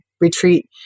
retreat